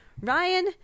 Ryan